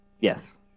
Yes